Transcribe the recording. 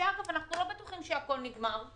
ואגב אנחנו לא בטוחים שהכול נגמר,